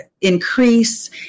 increase